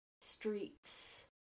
streets